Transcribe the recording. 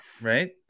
right